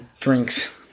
drinks